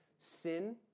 Sin